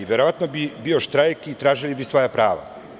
Verovatno bi bio štrajk i tražili bi svoja prava.